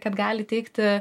kad gali teikti